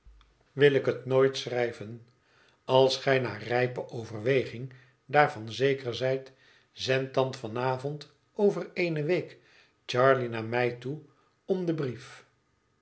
wil ik het nooit schrijven als gij na rijpe overweging daarvan zeker zijt zend dan van avond over eene week charley naar mij toe om den brief